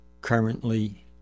currently